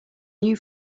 new